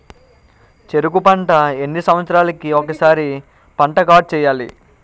చెరుకు పంట ఎన్ని సంవత్సరాలకి ఒక్కసారి పంట కార్డ్ చెయ్యాలి?